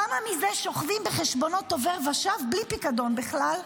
כמה מזה שוכבים בחשבונות עובר ושב בלי פיקדון בכלל?